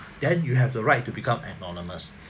then you have the right to become anonymous